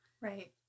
Right